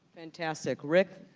fantastic, rick?